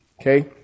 Okay